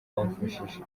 bamufashije